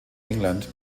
england